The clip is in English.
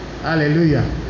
hallelujah